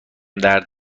درد